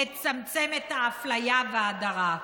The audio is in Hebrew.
ולצמצם את האפליה וההדרה.